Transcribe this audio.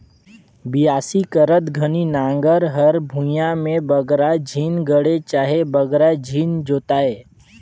बियासी करत घनी नांगर हर भुईया मे बगरा झिन गड़े चहे बगरा झिन जोताए